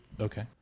okay